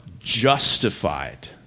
justified